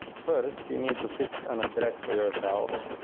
first, you need to pick an address for yourself,